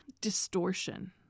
distortion